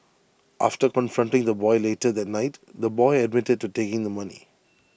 after confronting the boy later that night the boy admitted to taking the money